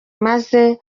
maze